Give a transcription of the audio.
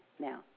Now